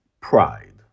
Pride